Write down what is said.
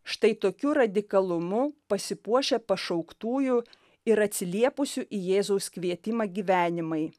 štai tokiu radikalumu pasipuošę pašauktųjų ir atsiliepusių į jėzaus kvietimą gyvenimai